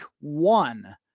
one